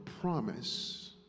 promise